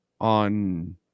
on